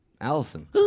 Allison